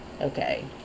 okay